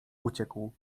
uciekł